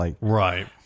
Right